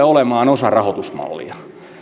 olemaan osa rahoitusmallia